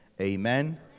Amen